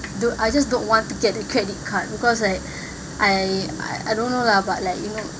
to I just don't want to get a credit card because like I I don't know lah but like you know